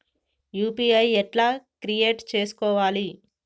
UPI ఎట్లా create చేసుకోవాలి?